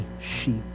sheep